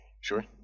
Sure